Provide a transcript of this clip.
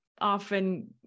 often